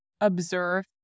observe